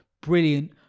brilliant